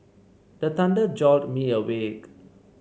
the thunder jolt me awake